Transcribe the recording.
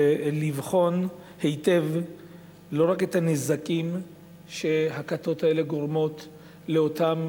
ולבחון היטב לא רק את הנזקים שהכתות האלה גורמות לאותם